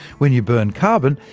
when you burn carbon,